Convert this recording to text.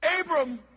Abram